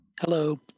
Hello